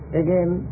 again